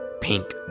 pink